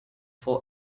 for